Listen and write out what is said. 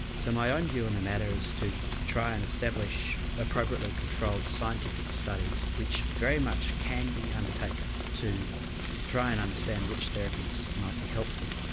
so my own view on and the matter is to try and establish appropriately controlled scientific studies which very much can be undertaken to try and understand which therapies might be helpful.